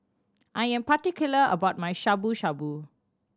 I am particular about my Shabu Shabu